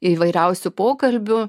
įvairiausių pokalbių